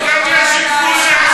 אנחנו לא קוראים,